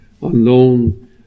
unknown